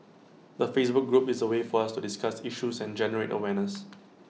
the Facebook group is A way for us to discuss issues and generate awareness